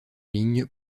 ligne